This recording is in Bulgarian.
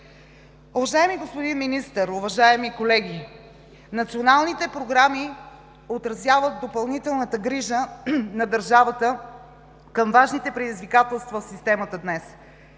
Уважаеми господин Министър, уважаеми колеги! Националните програми отразяват допълнителната грижа на държавата към важните предизвикателства в системата днес.